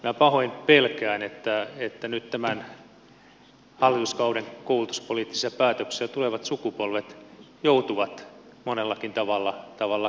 minä pahoin pelkään että nyt tämän hallituskauden koulutuspoliittisia päätöksiä tulevat sukupolvet joutuvat monellakin tavalla katumaan